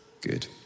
good